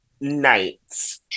nights